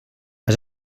has